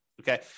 Okay